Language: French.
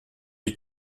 est